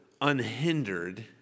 unhindered